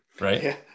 right